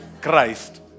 Christ